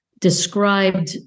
described